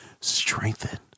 strengthen